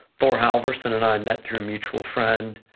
thor halvorssen and i met through a mutual friend,